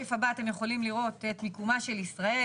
בשקף הבא אתם יכולים לראות את מיקומה של ישראל,